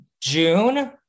June